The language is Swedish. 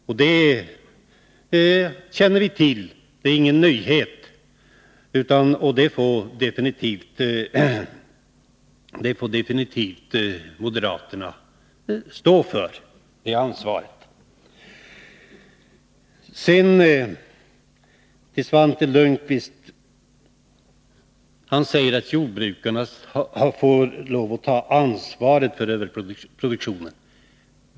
Det här känner vi till, det är ingen nyhet, och det ansvaret får moderaterna absolut stå för. Svante Lundkvist säger att jordbrukarna får lov att ta ansvaret för överproduktionen.